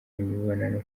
imibonano